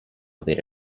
avere